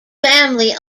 family